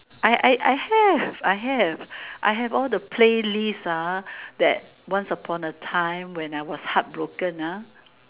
I I I have I have I have all the playlist ah that once upon a time when I was heartbroken ah